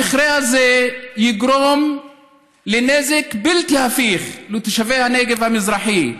המכרה הזה יגרום לנזק בלתי הפיך לתושבי הנגב המזרחי.